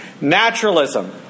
Naturalism